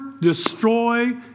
destroy